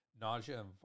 nausea